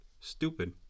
Stupid